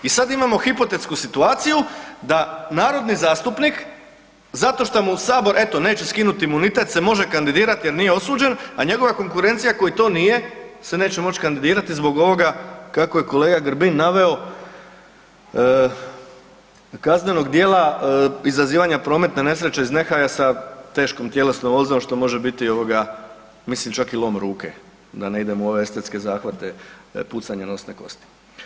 I sad imamo hipotetsku situaciju da narodni zastupnik zato šta mu sabor eto neće skinut imunitet se može kandidirat jer nije osuđen, a njegova konkurencija koja to nije se neće moć kandidirati zbog ovoga kako je kolega Grbin naveo kaznenog djela izazivanja prometne nesreće iz nehaja sa teškom tjelesnom ozljedom, što može biti ovoga mislim čak i lom ruke, da ne idemo u ove estetske zahvate pucanje nosne kosti.